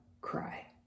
cry